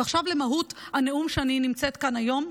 ועכשיו למהות הנאום שלי כאן היום.